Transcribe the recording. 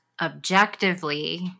objectively